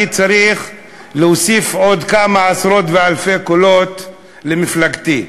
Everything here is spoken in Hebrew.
צריך להוסיף עוד כמה עשרות ואלפי קולות למפלגתי.